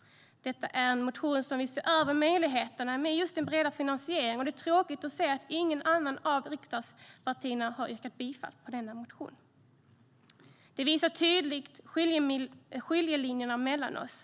Detta är en motion som vill se över möjligheterna till en bredare finansiering, och det är tråkigt att se att inget annat av riksdagspartierna har yrkat bifall till denna motion. Det visar tydligt skiljelinjerna mellan oss.